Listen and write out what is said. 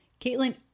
Caitlin